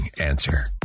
Answer